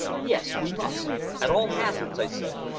yes, we must at all hazards, i said.